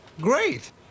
Great